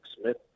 Smith